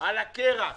על הקרח.